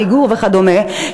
מ"עמיגור" וכדומה,